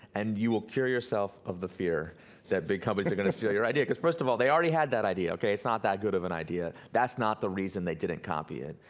and you will cure yourself of the fear that big companies are gonna steal your idea. cause first of all they already had that idea, okay, it's not that good of an idea. that's not the reason they didn't copy it,